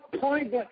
point